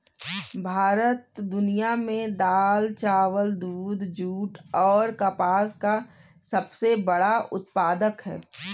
भारत दुनिया में दाल, चावल, दूध, जूट और कपास का सबसे बड़ा उत्पादक है